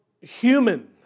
human